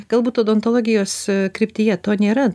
galbūt odontologijos kryptyje to nėra